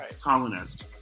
Colonist